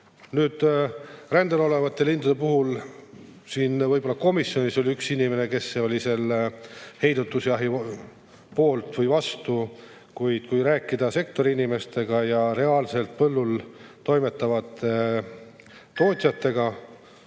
Nüüd, rändel olevate lindude puhul võib-olla komisjonis oli üks inimene, kes oli selle heidutusjahi vastu, kuid kui rääkida sektori inimestega ja reaalselt põllul toimetavate tootjatega